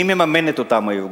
מי מממן את אותם הארגונים.